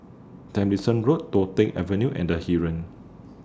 Tomlinson Road Toh Tuck Avenue and The Heeren